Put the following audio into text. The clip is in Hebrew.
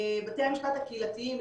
בתי המשפט הקהילתיים,